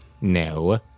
No